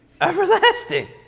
Everlasting